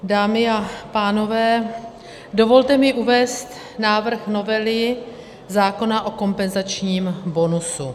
Dámy a pánové, dovolte mi uvést návrh novely zákona o kompenzačním bonusu.